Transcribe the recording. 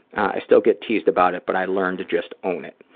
i still get teased about it, but i learn to just own it.